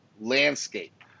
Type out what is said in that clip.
landscape